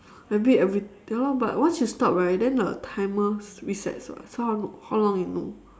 maybe every ya lor but once you stop right then the timer resets [what] so how how long you know